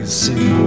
see